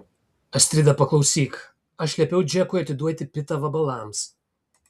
astrida paklausyk aš liepiau džekui atiduoti pitą vabalams